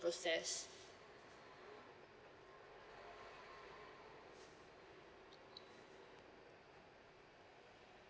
process